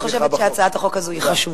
אני בהחלט חושבת שהצעת החוק הזאת חשובה.